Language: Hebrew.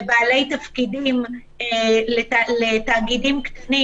לבעלי תפקידים לתאגידים קטנים,